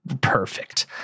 perfect